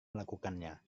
melakukannya